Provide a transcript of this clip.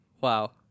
Wow